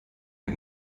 dir